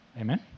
Amen